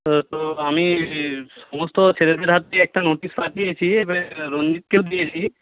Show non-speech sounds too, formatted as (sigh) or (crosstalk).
তো (unintelligible) আমি সমস্ত ছেলেদের হাত দিয়ে একটা নোটিশ পাঠিয়েছি এবারে (unintelligible) রঞ্জিতকেও দিয়েছি